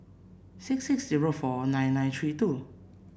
six six zero four nine nine three two